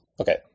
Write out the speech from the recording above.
Okay